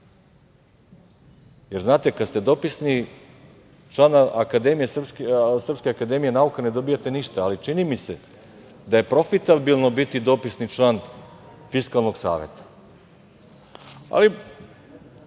Jer znate, kada ste dopisni član Srpske akademije nauka ne dobijate ništa, ali čini mi se da je profitabilno biti dopisni član Fiskalnog saveta. Ali,